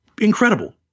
incredible